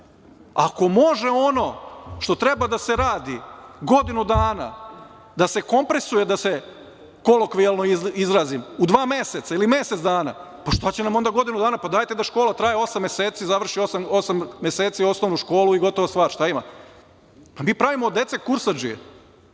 Ako može ono što treba da se radi godinu dana da se kompresuje, da se kolokvijalno izrazim, u dva meseca ili mesec dana, pa šta će nam onda godinu dana? Pa dajte da škola traje osam meseci, da završi za osam meseci osnovnu školu i gotova stvar. Šta ima. Mi pravimo od dece kursadžije.